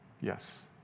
yes